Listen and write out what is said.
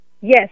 Yes